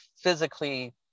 physically